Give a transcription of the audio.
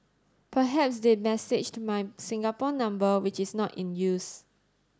perhaps they messaged my Singapore number which is not in use